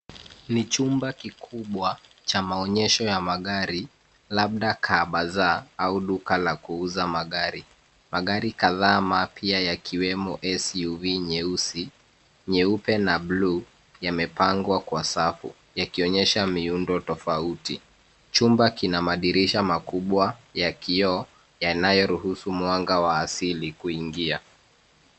Ni chumba kikubwa cha maonyesho ya magari, labda car bazaar au duka la kuuza magari. Magari kadhaa mapya, yakiwemo SUV nyeusi, nyeupe na bluu, yamepangwa kwa safu, yakionyesha miundo tofauti. Chumba kina madirisha makubwa ya kioo yanayoruhusu mwanga wa asili kuingia.